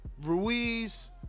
Ruiz